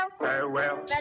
Farewell